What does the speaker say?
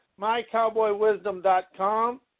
mycowboywisdom.com